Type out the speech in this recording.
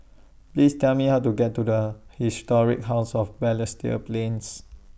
Please Tell Me How to get to The Historic House of Balestier A Plains